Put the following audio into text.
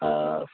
आ